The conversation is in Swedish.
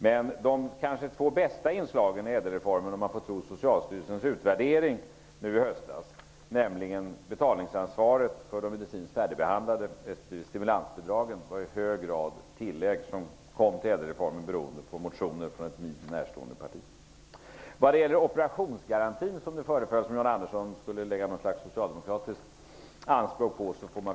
Men de två bästa inslagen i ÄDEL-reformen -- om man får tro Socialstyrelsens utvärdering nu i höstas -- nämligen betalningsansvaret för de medicinskt färdigbehandlade respektive stimulansbidragen, var i hög grad tillägg som kom med i ÄDEL reformen beroende på motioner från ett mig närstående parti. Det föreföll som om Jan Andersson skulle lägga något slags socialdemokratiskt anspråk på reformen.